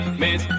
miss